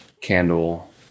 candle